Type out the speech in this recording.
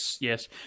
yes